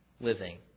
living